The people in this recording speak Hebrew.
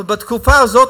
אבל בתקופה הזאת,